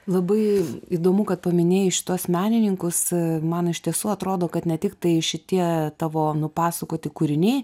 labai įdomu kad paminėjai šituos menininkus man iš tiesų atrodo kad ne tiktai šitie tavo nupasakoti kūriniai